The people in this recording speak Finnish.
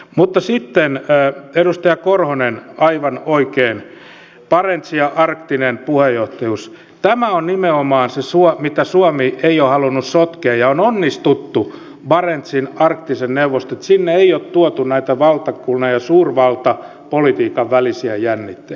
mutta sitten edustaja korhonen aivan oikein barents ja arktinen puheenjohtajuus on nimenomaan se suo mitä suomi ei ole halunnut sotkea ja on onnistuttu siinä että barentsin arktiseen neuvostoon ei ole tuotu näitä valtakunnan ja suurvaltapolitiikan välisiä jännitteitä